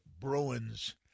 Bruins